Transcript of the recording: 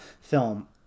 film